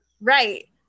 Right